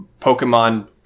Pokemon